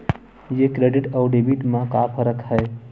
ये क्रेडिट आऊ डेबिट मा का फरक है?